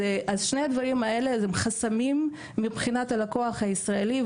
אז שני הדברים האלה הם חסמים מבחינת הלקוח הישראלי,